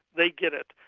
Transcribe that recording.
they get it.